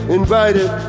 invited